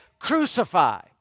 crucify